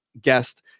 guest